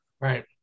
Right